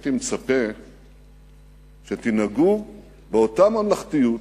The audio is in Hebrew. הייתי מצפה שתנהגו באותה ממלכתיות,